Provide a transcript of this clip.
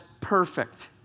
perfect